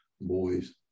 Boys